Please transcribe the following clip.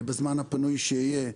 בזמן הפנוי שיהיה,